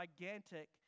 gigantic